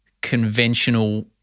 conventional